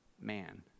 man